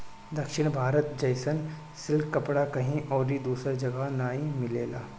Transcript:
दक्षिण भारत जइसन सिल्क कपड़ा कहीं अउरी दूसरा जगही नाइ मिलेला